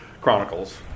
Chronicles